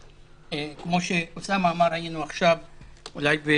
כמו שחבר הכנסת סעדי אמר היינו עכשיו בפעם